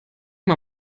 mal